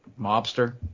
mobster